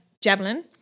javelin